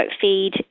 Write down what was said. feed